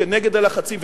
כנגד הלחצים,